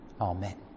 Amen